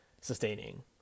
sustaining